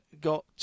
got